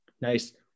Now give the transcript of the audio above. Nice